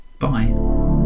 Bye